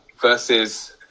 versus